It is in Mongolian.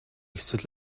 эсвэл